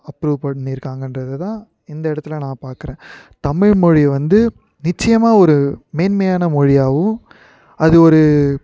approve பண்ணிருக்காங்கன்றதை தான் இந்த இடத்துல நான் பார்க்கறேன் தமிழ்மொழியை வந்து நிச்சயமாக ஒரு மேன்மையான மொழியாகவும் அது ஒரு